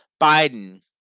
Biden